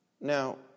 Now